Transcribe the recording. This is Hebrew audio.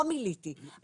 לא מילאתי אותו,